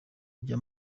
njya